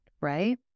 right